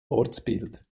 ortsbild